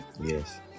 Yes